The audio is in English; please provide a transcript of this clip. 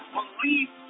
Believe